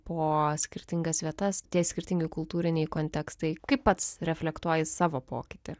po skirtingas vietas tie skirtingi kultūriniai kontekstai kaip pats reflektuoji savo pokytį